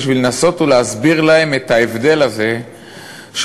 בשביל לנסות ולהסביר להם את ההבדל הזה של